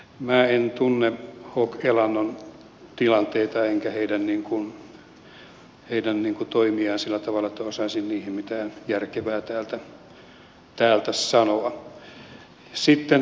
minä en tunne hok elannon tilanteita enkä heidän toimiaan sillä tavalla että osaisin niihin mitään järkevää täältä sanoa